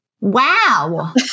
Wow